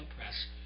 Press